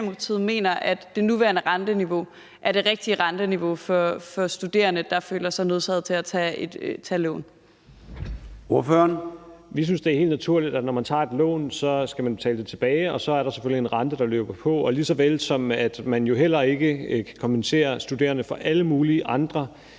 mener, at det nuværende renteniveau er det rigtige renteniveau for studerende, der føler sig nødsaget til at tage et su-lån. Kl. 19:24 Formanden (Søren Gade): Ordføreren. Kl. 19:24 Rasmus Stoklund (S): Vi synes, at det er helt naturligt, at når man tager et lån, skal man betale det tilbage, og så er der selvfølgelig en rente, der løber på. Og lige så vel som man jo heller ikke kan kompensere studerende for alle mulige andre